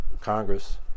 Congress